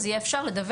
יהיה אפשר לדווח.